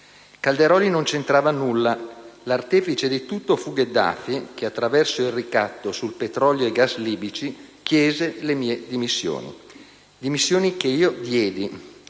Calderoli non c'entrava nulla: l'artefice di tutto fu Gheddafi che, attraverso il ricatto su petrolio e gas libici, chiese le mie dimissioni. Dimissioni che diedi.